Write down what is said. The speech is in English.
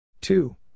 Two